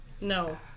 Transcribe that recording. No